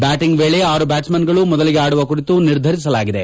batting ವೇಳೆ ಆರು ಬ್ಯಾಟ್ಸ್ಮನ್ಗಳು ಮೊದಲಿಗೆ ಆಡುವ ಕುರಿತು ನಿರ್ಧರಿಸಲಾಗಿದೆ